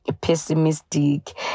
pessimistic